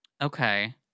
Okay